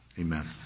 Amen